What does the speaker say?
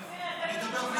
לדבר.